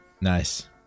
Nice